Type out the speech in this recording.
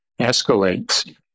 escalates